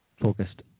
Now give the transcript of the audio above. focused